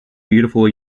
beautiful